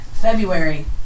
February